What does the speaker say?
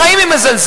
בחיים היא מזלזלת.